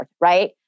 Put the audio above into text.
right